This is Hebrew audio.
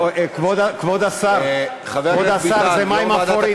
כבוד השר, זה מים אפורים.